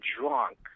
drunk